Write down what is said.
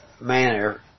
manner